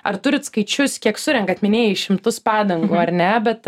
ar turit skaičius kiek surenkat minėjai šimtus padangų ar ne bet